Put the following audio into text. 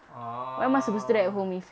oh